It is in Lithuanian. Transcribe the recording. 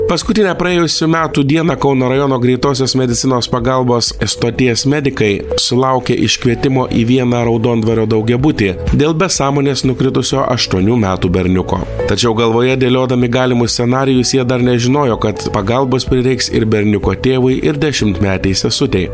paskutinę praėjusių metų dieną kauno rajono greitosios medicinos pagalbos stoties medikai sulaukė iškvietimo į vieną raudondvario daugiabutį dėl be sąmonės nukritusio aštuonių metų berniuko tačiau galvoje dėliodami galimus scenarijus jie dar nežinojo kad pagalbos prireiks ir berniuko tėvui ir dešimtmetei sesutei